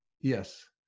Yes